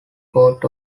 coat